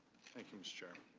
thank you mr.